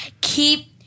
keep